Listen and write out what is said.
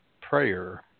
prayer